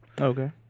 Okay